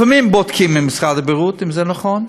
לפעמים בודקים עם משרד הבריאות אם זה נכון,